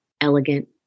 elegant